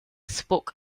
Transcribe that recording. spoke